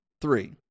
Three